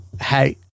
Hey